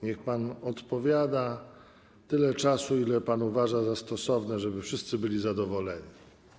Niech pan odpowiada tyle czasu, ile pan uważa za stosowne, żeby wszyscy byli zadowoleni.